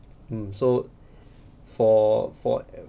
mm so for for